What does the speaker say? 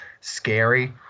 scary